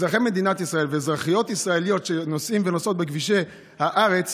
אזרחי מדינת ישראל ואזרחיות ישראליות שנוסעים ונוסעות בכבישי הארץ